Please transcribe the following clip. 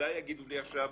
וודאי יגידו לי עכשיו,